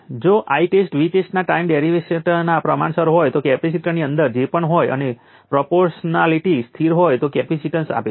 તેથી પાવર 0 છે અને t બરાબર 10 માઇક્રો સેકન્ડ પછી વોલ્ટેજ 5 વોલ્ટ છે કરંટ 0 છે